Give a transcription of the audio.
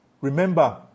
remember